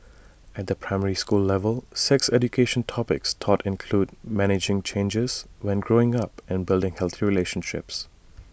at the primary school level sex education topics taught include managing changes when growing up and building healthy relationships